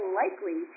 likely